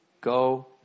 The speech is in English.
Go